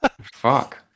fuck